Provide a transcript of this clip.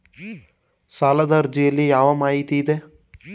ಸಾಲದ ಅರ್ಜಿಯಲ್ಲಿ ಯಾವ ಮಾಹಿತಿ ಇದೆ?